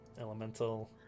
Elemental